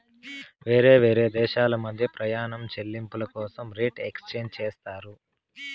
వేరే దేశాల మధ్య ప్రయాణం చెల్లింపుల కోసం రేట్ ఎక్స్చేంజ్ చేస్తారు